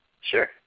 Sure